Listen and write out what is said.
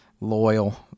loyal